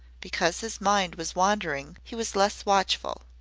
because his mind was wandering he was less watchful.